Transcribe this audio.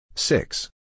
Six